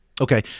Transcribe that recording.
Okay